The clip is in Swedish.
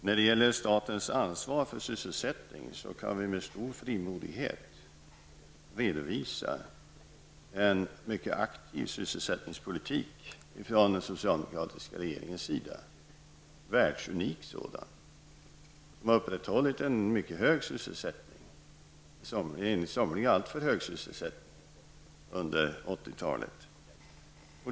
När det gäller statens ansvar för sysselsättning kan vi med stor frimodighet redovisa en mycket aktiv sysselsättningspolitik från den socialdemokratiska regeringens sida, en världsunik sådan. Vi har upprätthållit en mycket hög sysselsättning under 80-talet, enligt somliga en allt för hög sysselsättning.